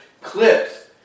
clips